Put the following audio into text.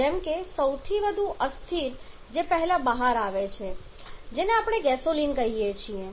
જેમ કે જે સૌથી વધુ અસ્થિર છે જે પહેલા બહાર આવે છે જેને આપણે સામાન્ય રીતે ગેસોલિન કહીએ છીએ